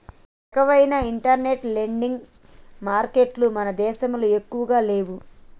ఈ రకవైన internet lending మారికెట్టులు మన దేశంలో ఎక్కువగా లేవు